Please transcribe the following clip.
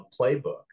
playbook